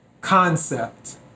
concept